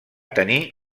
tenir